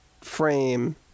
frame